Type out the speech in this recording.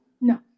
No